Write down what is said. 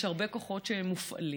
יש הרבה כוחות שמופעלים,